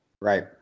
Right